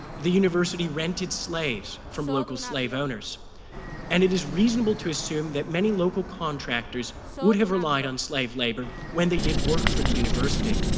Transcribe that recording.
the university rented slaves from local slave owners and it is reasonable to assume that many local contractors would have relied on slave labor when they did work for the university,